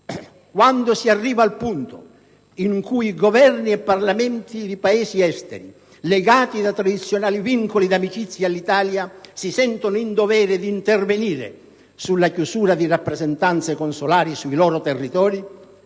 Quando si arriva al punto in cui Governi e Parlamenti di Paesi esteri, legati da tradizionali vincoli d'amicizia all'Italia, si sentono in dovere di intervenire sulla chiusura di rappresentanze consolari sui loro territori,